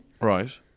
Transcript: right